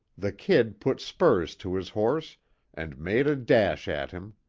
the kid put spurs to his horse and made a dash at him.